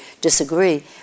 disagree